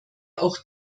auch